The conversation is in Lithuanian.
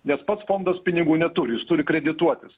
net pats fondas pinigų neturi jis turi kredituotis